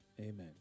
Amen